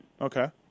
Okay